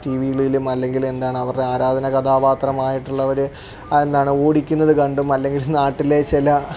ടിവിയിലും അല്ലെങ്കിൽ എന്താണ് അവരെ ആരാധന കഥാപാത്രമായിട്ടുള്ള ഒരു എന്താണ് ഓടിക്കുന്നത് കണ്ടും അല്ലെങ്കിൽ നാട്ടിലെ ചില